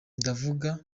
ndavuga